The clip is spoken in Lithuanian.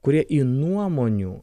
kurie į nuomonių